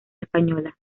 española